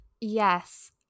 Yes